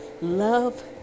love